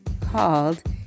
called